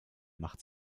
macht